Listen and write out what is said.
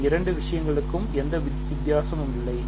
இந்த இரண்டு விஷயங்களுக்கும் எந்த வித்தியாசமும் இல்லை